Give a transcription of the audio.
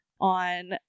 on